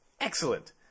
Excellent